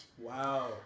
Wow